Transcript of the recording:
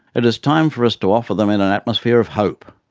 it is time for us to offer them in an atmosphere of hope.